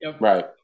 right